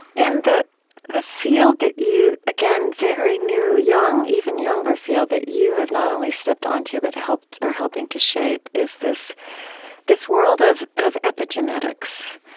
and the the field that you again, very new, young, even younger field that you have not only stepped onto, but helped are helping to shape, is this this world of of epigenetics,